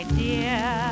dear